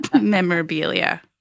memorabilia